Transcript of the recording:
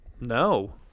No